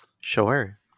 Sure